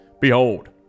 Behold